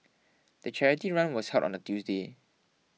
the charity run was held on a Tuesday